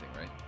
right